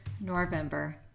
November